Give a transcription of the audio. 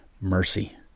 Mercy